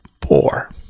poor